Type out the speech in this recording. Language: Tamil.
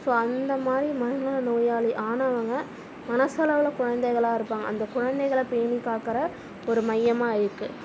ஸோ அந்த மாதிரி மனநலம் நோயாளி ஆனவங்க மனசளவில் குழந்தைகளா இருப்பாங்க அந்த குழந்தைங்கள பேணி பார்க்குற ஒரு மையமாக இருக்குது